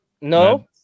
No